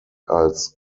als